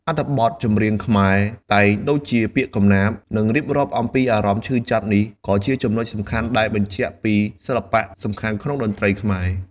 អត្ថបទចម្រៀងខ្មែរ តែងដូចជាពាក្យកំណាព្យ និងរៀបរាប់អំពីអារម្មណ៍ឈឺចាប់នេះក៏ជាចំណុចសំខាន់ដែលបញ្ជាក់ពីសិល្បៈសំខាន់ក្នុងតន្ត្រីខ្មែរ។